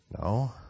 No